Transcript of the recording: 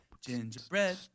Gingerbread